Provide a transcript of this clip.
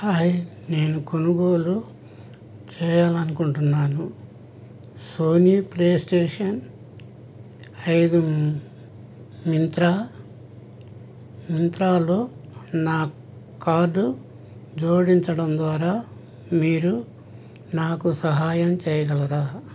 hi నేను కొనుగోలు చేయాలి అనుకుంటున్నాను సోనీ ప్లే స్టేషన్ ఐదు మింత్రా మింత్రాలో నా కార్డ్ జోడించడం ద్వారా మీరు నాకు సహాయం చేయగలరా